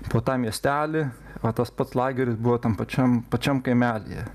po tą miestelį o tas pats lageris buvo tam pačiam pačiam kaimelyje